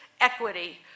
equity